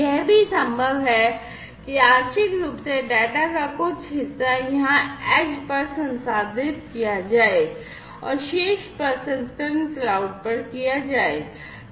यह भी संभव है कि आंशिक रूप से डेटा का कुछ हिस्सा यहां एज पर संसाधित किया जाएगा और शेष प्रसंस्करण क्लाउड पर किया जाएगा